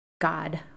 God